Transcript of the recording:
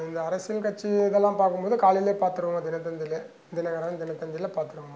இந்த அரசியல் கட்சி இதெல்லாம் பார்க்கும் போது காலையிலே பார்த்துருவேன் தினத்தந்திலே தினகரன் தினத்தந்தியில் பார்த்துருவேன்